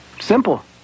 Simple